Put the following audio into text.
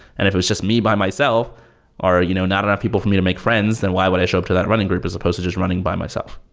and if it was just me by myself or you know not enough people for me to make friends, then why would i show up to that running group as supposed to just running by myself?